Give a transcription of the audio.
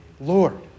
Lord